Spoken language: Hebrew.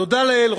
תודה לאל,